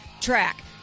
track